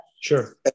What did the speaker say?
Sure